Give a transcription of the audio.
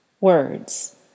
words